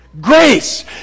Grace